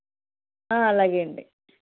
అలాగే అండి